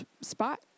spot